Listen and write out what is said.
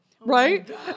right